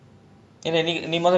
no because I I feel that